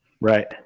Right